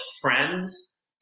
Friends